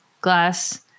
glass